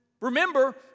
Remember